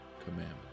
commandments